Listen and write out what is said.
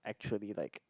actually like